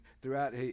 throughout